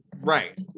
Right